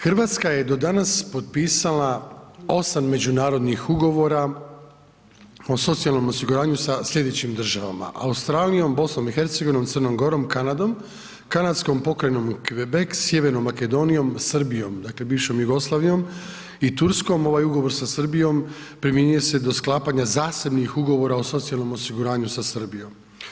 Hrvatska je do danas potpisala 8 međunarodnih ugovora o socijalnom osiguranju sa slijedećim državama Australijom, BiH, Crnom Gorom, Kanadom, Kanadskom pokrajinom Quebec, Sjevernom Makedonijom, Srbijom, dakle bivšom Jugoslavijom i Turskom, ovaj ugovor sa Srbijom primjenjuje se do sklapanja zasebnih ugovora o socijalnom osiguranju sa Srbijom.